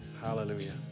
Hallelujah